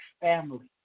family